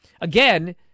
again